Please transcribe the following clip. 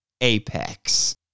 Apex